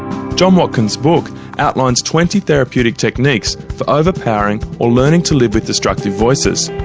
john watkins' book outlines twenty therapeutic techniques for overpowering or learning to live with destructive voices.